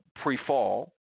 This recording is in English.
pre-fall